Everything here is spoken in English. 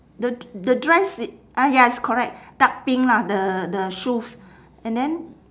the the dress it ah ya it's correct dark pink lah the the shoes and then